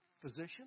physician